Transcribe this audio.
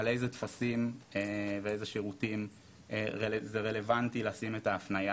על איזה טפסים ואיזה שירותים זה רלוונטי לשים בהם את ההפניה.